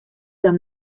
dan